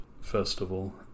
festival